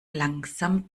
langsam